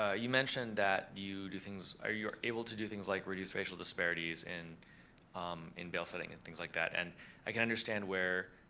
ah you mentioned that you do things or you're able to do things like reduce racial disparities and in bail setting and things like that. and i can understand where